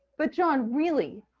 but, john, really,